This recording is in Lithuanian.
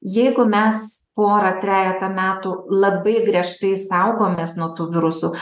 jeigu mes porą trejetą metų labai griežtai saugomės nuo tų virusų